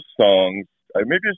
songs—maybe